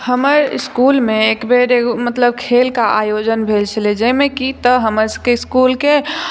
हमर इसकुलमे एकबेर मतलब खेलके आयोजन भेल छलै जाहिमे कि तऽ हमर सबकेँ इसकुलके